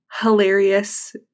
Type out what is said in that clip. hilarious